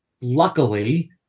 luckily